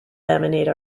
laminate